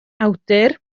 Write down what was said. awdur